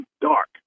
dark